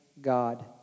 God